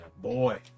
Boy